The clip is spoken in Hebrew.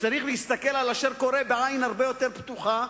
וצריך להסתכל על אשר קורה בעין הרבה יותר פתוחה,